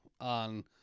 on